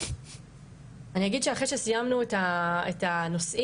אני אגיד שאחרי שסיימנו את הנושאים